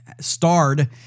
starred